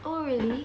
oh really